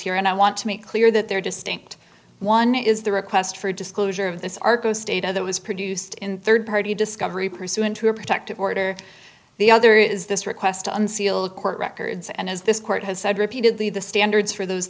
here and i want to make clear that they are distinct one is the request for disclosure of this arcos data that was produced in third party discovery pursuant to a protective order the other is this request to unseal court records and as this court has said repeatedly the standards for those